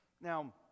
Now